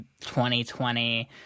2020